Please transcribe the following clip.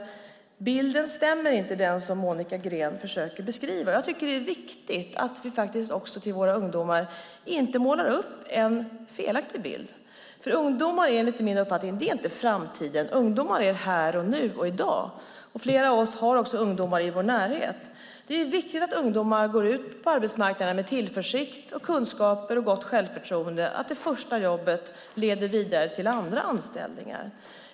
Den bild som Monica Green försöker beskriva stämmer inte. Jag tycker att det är viktigt att vi inte målar upp en felaktig bild till våra ungdomar. Ungdomar är, enligt min uppfattning, inte framtiden. Ungdomar är här, nu och i dag. Flera av oss har också ungdomar i vår närhet. Det är viktigt att ungdomar går ut på arbetsmarknaden med tillförsikt, kunskaper och gott självförtroende och att det första jobbet leder vidare till andra anställningar.